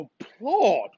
applaud